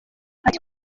ati